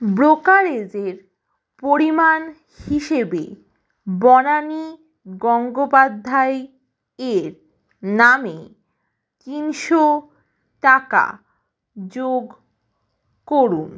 ব্রোকারেজের পরিমাণ হিসেবে বনানী গঙ্গোপাধ্যায় এর নামে তিনশো টাকা যোগ করুন